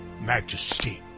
majesty